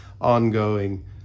ongoing